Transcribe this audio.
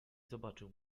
zobaczył